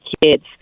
kids